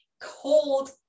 cold